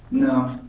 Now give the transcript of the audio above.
no.